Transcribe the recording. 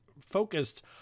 focused